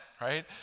right